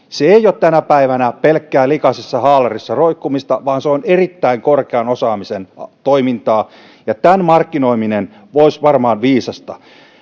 se ei ole tänä päivänä pelkkää likaisissa haalareissa roikkumista vaan se on erittäin korkean osaamisen toimintaa ja tämän markkinoiminen olisi varmaan viisasta